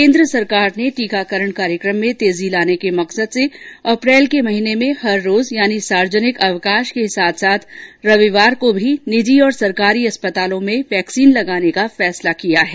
केन्द्र सरकार ने टीकाकरण कार्यक्रम में तेजी लाने के मकसद से अप्रैल के महीने में हर रोज यानी सार्वजनिक अवकाश के साथ साथ रविवार को भी निजी और सरकारी अस्पतालों में वैक्सीन लगाने का फैसला लिया है